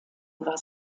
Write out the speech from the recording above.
war